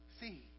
See